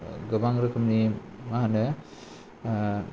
गोबां रोखोमनि मा होनो